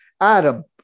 Adam